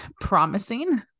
promising